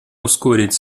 ускорить